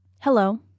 hello